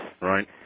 Right